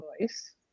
voice